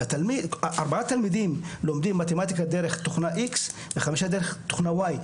ארבעה תלמידים לומדים מתמטיקה דרך תוכנה X וחמישה דרך תוכנה Y,